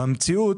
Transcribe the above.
במציאות,